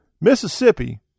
mississippi